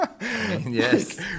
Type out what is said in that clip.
yes